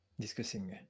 discussing